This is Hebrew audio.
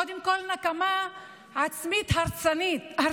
קודם כול עם נקמה עצמית הרסנית,